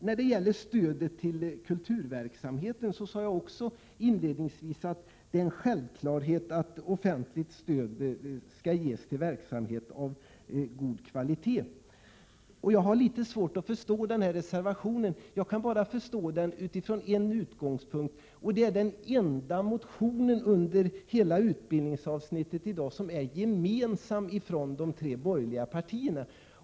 När det gäller stödet till kulturverksamheten sade jag inledningsvis att det är en självklarhet att offentligt stöd skall ges till verksamhet av god kvalitet. Jag har litet svårt att förstå reservation 10. Jag kan göra det bara från en utgångspunkt, nämligen att det är den enda reservationen i betänkandet som är gemensam för de tre borgerliga partierna.